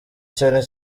cyane